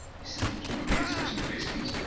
he simply threw the main switch in the basement,